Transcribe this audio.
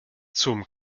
zum